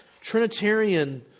Trinitarian